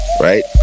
Right